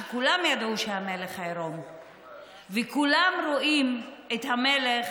כולם ידעו שהמלך עירום וכולם רואים את המלך